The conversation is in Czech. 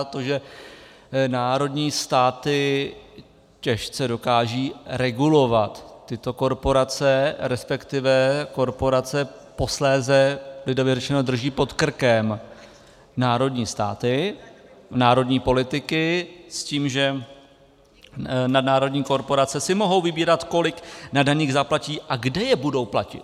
To, že národní státy těžce dokážou regulovat tyto korporace, resp. korporace posléze lidově řečeno drží pod krkem národní státy, národní politiky, s tím, že nadnárodní korporace si mohou vybírat, kolik na daních zaplatí a kde je budou platit.